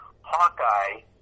Hawkeye